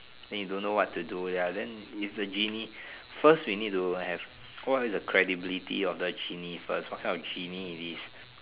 then you don't know what to do ya then if the genie first we need to have what is the credibility of the genie first what kind of genie it is